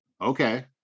Okay